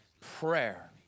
prayer